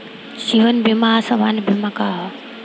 जीवन बीमा आ सामान्य बीमा का ह?